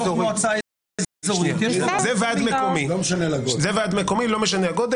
זה ועד מקומי, לא משנה הגודל.